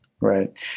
Right